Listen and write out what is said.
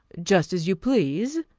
just as you please,